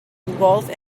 involve